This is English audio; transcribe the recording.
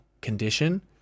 condition